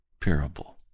parable